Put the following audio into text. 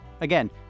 again